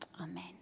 Amen